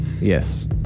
Yes